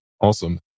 Awesome